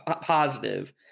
positive